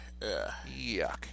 yuck